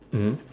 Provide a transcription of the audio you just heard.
mmhmm